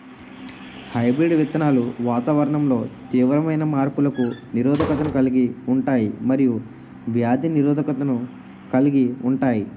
hybrid విత్తనాలు వాతావరణంలో తీవ్రమైన మార్పులకు నిరోధకతను కలిగి ఉంటాయి మరియు వ్యాధి నిరోధకతను కలిగి ఉంటాయి